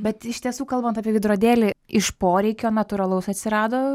bet iš tiesų kalbant apie veidrodėlį iš poreikio natūralaus atsirado